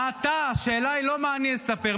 מה אתה, השאלה היא לא מה אני אספר.